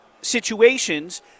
situations